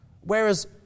Whereas